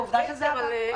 ועובדה שזה עבד.